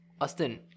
Austin